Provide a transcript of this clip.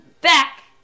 back